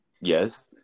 Yes